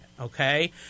okay